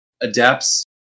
adapts